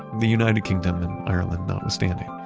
the united kingdom and ireland notwithstanding.